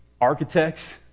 Architects